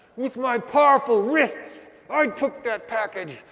with my powerful wrists i took that package,